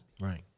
Right